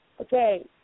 Okay